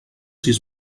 sis